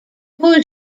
hou